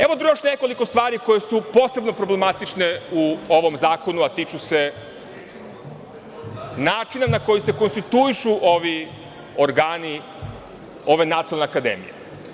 Evo još nekoliko stvari koje su posebno problematične u ovom zakonu, a tiču se načina na koji se konstituišu ovi organi ove nacionalne akademije.